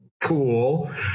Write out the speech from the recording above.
Cool